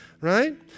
Right